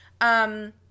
um-